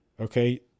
Okay